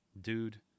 dude